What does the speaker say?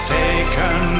taken